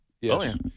Yes